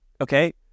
Okay